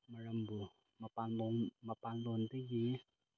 ꯃꯔꯝꯕꯨ ꯃꯄꯥꯜꯂꯣꯟ ꯃꯄꯥꯜꯂꯣꯟꯗꯒꯤ